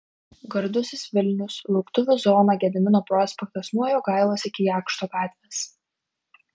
gardusis vilnius lauktuvių zona gedimino prospektas nuo jogailos iki jakšto gatvės